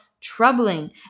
troubling